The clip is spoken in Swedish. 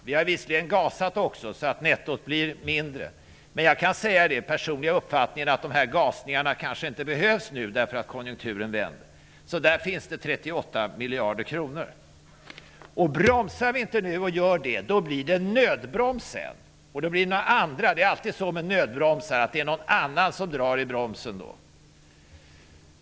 Vi har visserligen gasat också, så att nettot blir mindre. Min personliga uppfattning är den att dessa gasningar kanske inte behövs nu, därför att konjunkturen vänder. Där finns det alltså 38 miljarder kronor. Om vi inte bromsar nu blir det nödbroms sedan, och då kommer det att vara någon annan som drar i den.